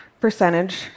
percentage